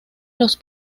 los